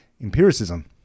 empiricism